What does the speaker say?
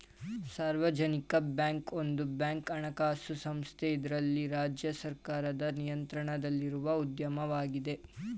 ಸಾರ್ವಜನಿಕ ಬ್ಯಾಂಕ್ ಒಂದು ಬ್ಯಾಂಕ್ ಹಣಕಾಸು ಸಂಸ್ಥೆ ಇದ್ರಲ್ಲಿ ರಾಜ್ಯ ಸರ್ಕಾರದ ನಿಯಂತ್ರಣದಲ್ಲಿರುವ ಉದ್ಯಮವಾಗಿದೆ